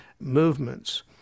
movements